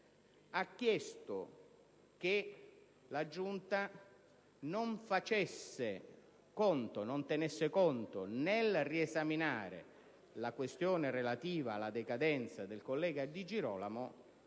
ha chiesto che la Giunta non tenesse conto, nel riesaminare la questione relativa alla decadenza del collega Di Girolamo,